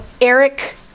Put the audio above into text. Eric